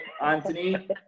Anthony